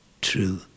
true